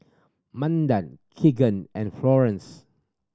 Manda Keagan and Florence